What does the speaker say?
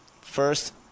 first